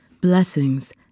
blessings